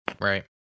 Right